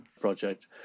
Project